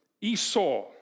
Esau